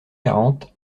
quarante